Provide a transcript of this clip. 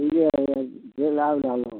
चीजेके लेल गेल आयल रहलहुँ हँ